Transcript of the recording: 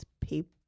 people